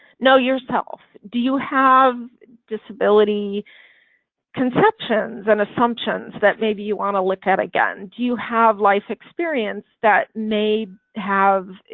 know yourself do you have? disability conceptions and assumptions that maybe you want to look at again. do you have life experience that may have?